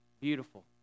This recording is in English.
beautiful